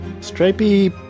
Stripey